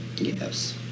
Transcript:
yes